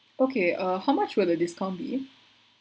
okay uh how much will the discount be